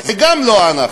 זה לא אנחנו.